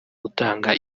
utanga